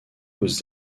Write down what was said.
aux